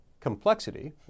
complexity